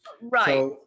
right